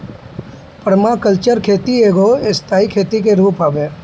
permaculture खेती एगो स्थाई खेती के रूप हवे